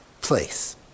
place